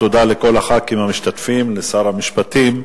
תודה לכל חברי הכנסת המשתתפים ולשר המשפטים.